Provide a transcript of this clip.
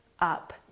up